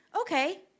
Okay